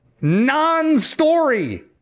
non-story